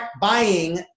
buying